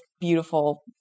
beautiful